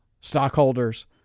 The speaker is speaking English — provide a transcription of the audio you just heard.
stockholders